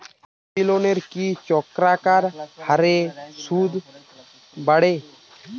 কৃষি লোনের কি চক্রাকার হারে সুদ বাড়ে?